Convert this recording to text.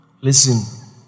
Listen